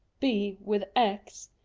b with x,